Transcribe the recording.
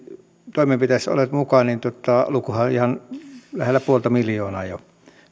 toimenpiteissä olevat mukaan niin lukuhan on ihan lähellä puolta miljoonaa jo